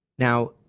Now